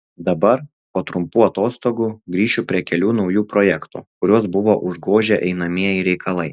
dabar po trumpų atostogų grįšiu prie kelių naujų projektų kuriuos buvo užgožę einamieji reikalai